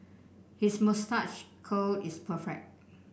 his moustache curl is perfect